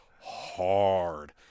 hard